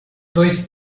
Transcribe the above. dois